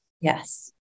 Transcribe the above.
yes